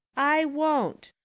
i won't,